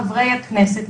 חברי הכנסת,